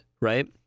Right